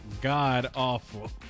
god-awful